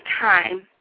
time